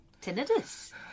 Tinnitus